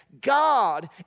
God